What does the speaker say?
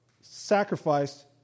sacrificed